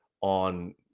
on